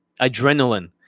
Adrenaline